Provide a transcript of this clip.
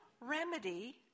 remedy